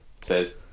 says